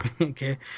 Okay